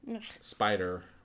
spider